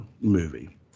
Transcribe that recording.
movie